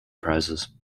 prizes